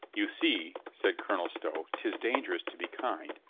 you see, said colonel stow, tis dangerous to be kind.